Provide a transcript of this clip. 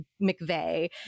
mcveigh